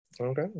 okay